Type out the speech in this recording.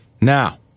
Now